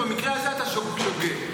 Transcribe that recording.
ובמקרה הזה אתה שוב שוגה.